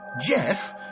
Jeff